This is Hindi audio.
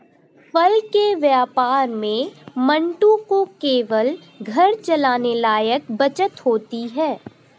फल के व्यापार में मंटू को केवल घर चलाने लायक बचत होती है